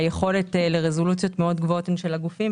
היכולת לרזולוציות מאוד גבוהות הן של הגופים,